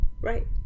right